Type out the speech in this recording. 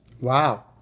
Wow